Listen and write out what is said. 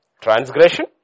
transgression